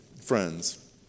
friends